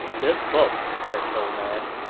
this book, said the old man,